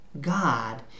God